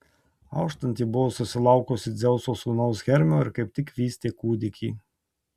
auštant ji buvo susilaukusi dzeuso sūnaus hermio ir kaip tik vystė kūdikį